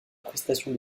prestation